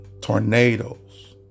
tornadoes